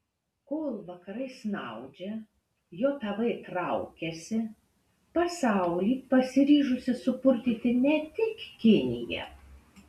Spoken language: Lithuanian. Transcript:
kol vakarai snaudžia jav traukiasi pasaulį pasiryžusi supurtyti ne tik kinija